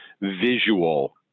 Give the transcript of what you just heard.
visual